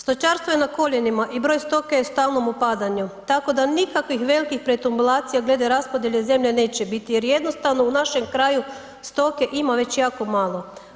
Stočarstvo je koljenima i broj stoke je u salom opadanju tako da nikakvih velikih pretumblacija glede raspodjele zemlje neće biti jer jednostavno u našem kraju stoke ima već jako malo.